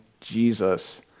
Jesus